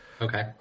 Okay